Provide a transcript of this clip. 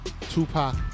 Tupac